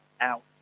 out